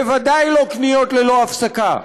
בוודאי לא קניות ללא הפסקה,